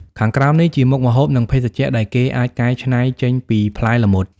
ខាងក្រោមនេះជាមុខម្ហូប និងភេសជ្ជៈដែលគេអាចកែច្នៃចេញពីផ្លែល្មុត